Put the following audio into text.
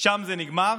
שם זה נגמר.